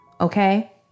Okay